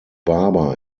barber